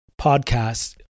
podcast